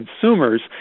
consumers